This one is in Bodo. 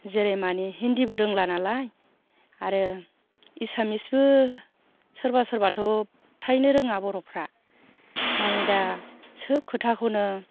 जेरै मानि हिन्दीबो रोंला नालाय आरो एसामिसबो सोरबा सोरबाथ' फ्रायनो रोङा बर'फ्रा मानि दा सोब खोथाखौनो